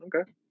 Okay